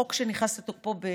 זה חוק שנכנס לתוקפו ביולי,